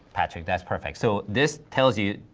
patrick, that's perfect. so this tells you,